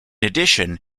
addition